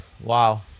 Wow